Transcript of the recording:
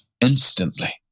instantly